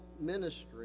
ministry